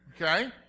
Okay